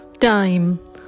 time